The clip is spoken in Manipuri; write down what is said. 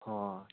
ꯍꯣꯏ